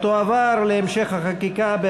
התשע"ג 2013,